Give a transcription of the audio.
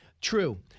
True